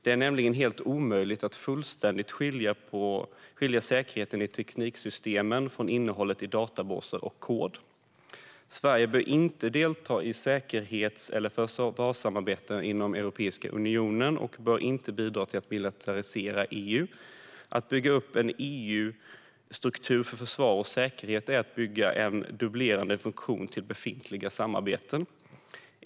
Det är nämligen helt omöjligt att fullständigt skilja säkerheten i tekniksystemen från innehållet i databaser och kod. Sverige bör inte delta i säkerhets eller försvarssamarbeten inom Europeiska unionen och bör inte bidra till att militarisera EU. Att bygga upp en EU-struktur för försvar och säkerhet är att bygga en dubblerande funktion till befintliga samarbeten.